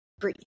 Breathe